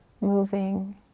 moving